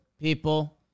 people